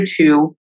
two